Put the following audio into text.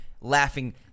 laughing